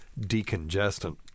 decongestant